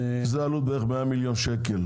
זו עלות של בערך 100 מיליון שקל,